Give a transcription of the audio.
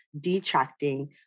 detracting